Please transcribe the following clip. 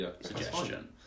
suggestion